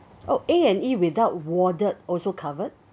oh A&E without warded also covered